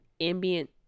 ambient